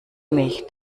mich